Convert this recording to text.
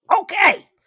Okay